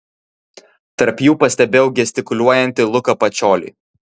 tarp jų pastebėjau gestikuliuojantį luką pačiolį